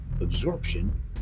absorption